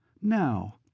Now